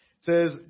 says